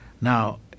Now